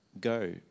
Go